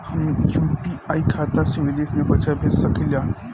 का हम यू.पी.आई खाता से विदेश में पइसा भेज सकिला?